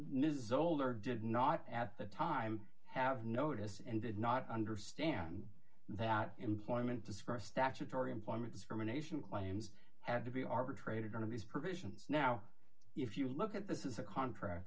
ms older did not at the time have notice and did not understand that employment described statutory employment discrimination claims had to be arbitrated one of these provisions now if you look at this is a contra